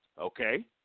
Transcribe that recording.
okay